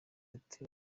ati